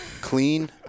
clean